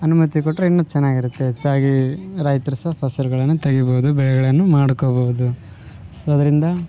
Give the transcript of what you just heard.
ಅನುಮತಿ ಕೊಟ್ಟರೆ ಇನ್ನು ಚೆನ್ನಾಗಿರುತ್ತೆ ಹೆಚ್ಚಾಗಿ ರೈತರು ಸಹ ಫಸಲುಗಳನ್ನು ತೆಗಿಬಹುದು ಬೆಳೆಗಳನ್ನು ಮಾಡ್ಕೋಬಹುದು ಸೊ ಅದರಿಂದ